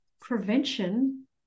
prevention